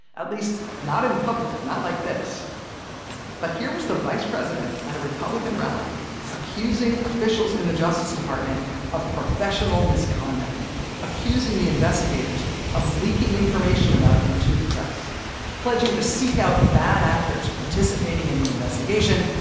at least not in public not like this but here was the vice president at a republican rally accusing officials in the justice department of professional misconduct accusing the investigators of leaking information about him to the press pledging to seek out bad actors participating in the investigation,